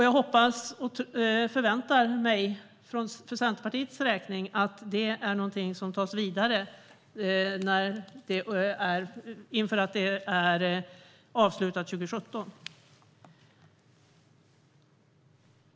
Jag hoppas och förväntar mig för Centerpartiets räkning att det är någonting som förs vidare tills det är avslutat 2017.